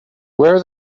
where